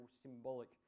symbolic